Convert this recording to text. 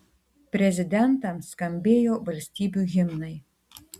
prezidentams skambėjo valstybių himnai